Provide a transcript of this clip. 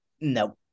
No